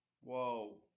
Whoa